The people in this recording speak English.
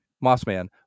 Mossman